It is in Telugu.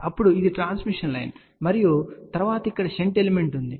అప్పుడు ఇది ట్రాన్స్మిషన్ లైన్ మరియు తరువాత ఇక్కడ షంట్ ఎలిమెంట్ ఉంటుంది